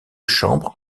chambre